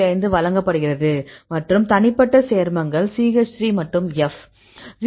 5 வழங்கப்படுகிறது மற்றும் தனிப்பட்ட சேர்மங்கள் CH 3 மற்றும் F